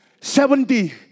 seventy